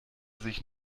sich